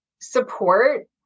support